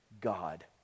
God